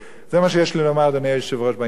זה מה שיש לי לומר, אדוני היושב-ראש, בעניין הזה.